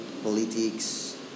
politics